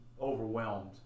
overwhelmed